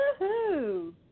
woohoo